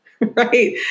right